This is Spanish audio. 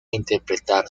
interpretar